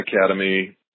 Academy